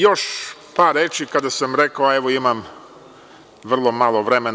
Još par reči kada sam rekao, evo, imam vrlo malo vremena.